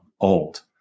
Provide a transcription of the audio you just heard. old